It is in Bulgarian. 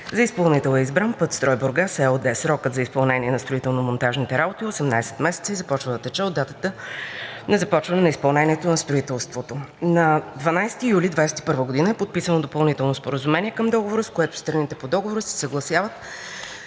За изпълнител е избран „Пътстрой Бургас“ ЕООД. Срокът за изпълнение на строително-монтажните работи е 18 месеца и започва да тече от датата на започване на изпълнението на строителството. На 12 юли 2021 г. е подписано допълнително споразумение към договора, с което страните по договора се съгласяват,